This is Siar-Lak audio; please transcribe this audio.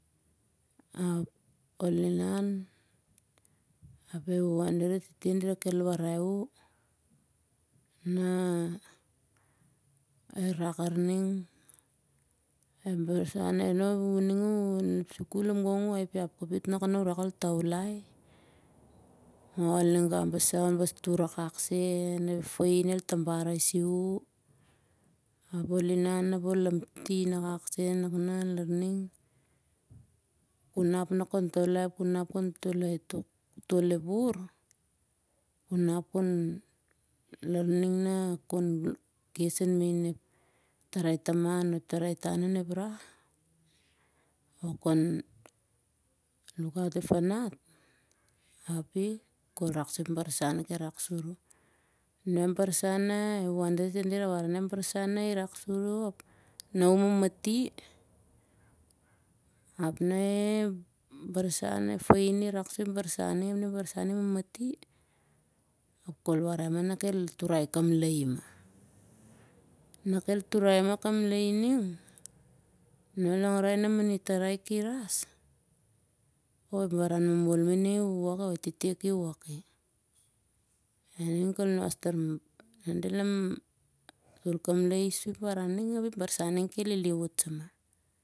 E wan dira e tete dira ki warah oh na el rak lar ning, lar uh ning uh haning an sukul gong uh haiapiang kapit sur ol taulah. Ma ol ninga basa ol tur akak sen ep fain el tabar aisi uh. Ap ol inan ap ol lamtin akak sen ku nap ol taulai ap ku nap kon toloi ep wur ap ku nap kon kes main ep tarai taman oh ep tarai tan on ep rah. Oh kon lukaot ep fanat ap i kol rak sur ep barsan el rak sur uh. Wan dira e tete dira wara na ep barsan i rak sur uh ap na uh mamati, na ep fain i matiti ap el warai kel turai kamlaie mah. Nah kel turai ki rash. Ep baran momol mah ining e tete ki wok i. Na ki hum kamlaie ap ep barsan ning kel lili wot samah.